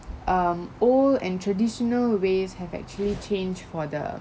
um old and traditional ways have actually changed for the